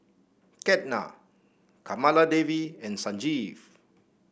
Ketna Kamaladevi and Sanjeev